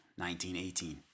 1918